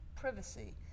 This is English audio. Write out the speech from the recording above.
privacy